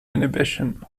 inhibition